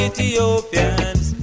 Ethiopians